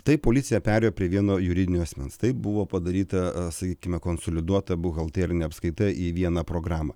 taip policija perėjo prie vieno juridinio asmens taip buvo padaryta sakykime konsoliduota buhalterinė apskaita į vieną programą